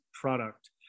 product